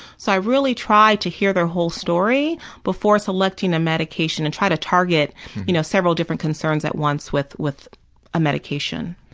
so i really try to hear their whole story before selecting a medication and try to target you know several different concerns at once with with a medication.